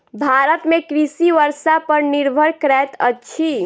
भारत में कृषि वर्षा पर निर्भर करैत अछि